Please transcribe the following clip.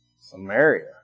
Samaria